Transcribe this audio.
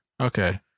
Okay